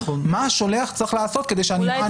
מה השולח צריך לעשות כדי שהנמען לא יטעה.